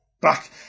back